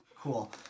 Cool